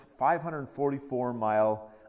544-mile